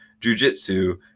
jujitsu